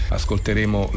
ascolteremo